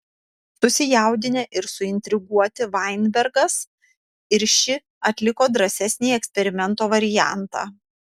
susijaudinę ir suintriguoti vainbergas ir ši atliko drąsesnį eksperimento variantą